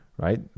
right